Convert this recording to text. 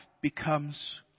becomes